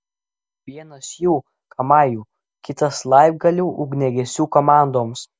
vienas jų kamajų kitas laibgalių ugniagesių komandoms